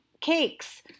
Cakes